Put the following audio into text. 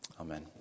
Amen